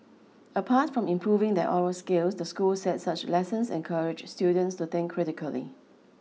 apart from improving their oral skills the school said such lessons encourage students to think critically